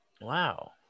Wow